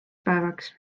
päevaks